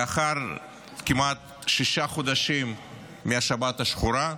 כמעט שישה חודשים לאחר השבת השחורה,